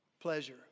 Pleasure